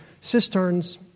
Cisterns